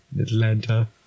Atlanta